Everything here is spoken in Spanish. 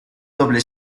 doble